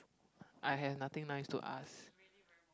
I have nothing nice to ask